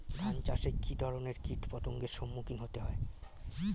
ধান চাষে কী ধরনের কীট পতঙ্গের সম্মুখীন হতে হয়?